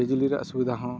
ᱵᱤᱡᱽᱞᱤ ᱨᱮᱭᱟᱜ ᱥᱩᱵᱤᱫᱷᱟ ᱦᱚᱸ